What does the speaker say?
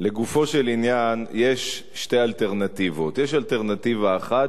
לגופו של עניין יש שתי אלטרנטיבות: יש אלטרנטיבה אחת,